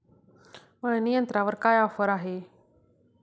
मळणी यंत्रावर काय ऑफर आहे?